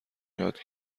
یاد